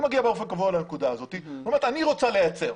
היא מגיעה באופן קבוע לנקודה הזאת ואומרת שהיא רוצה להיעצר.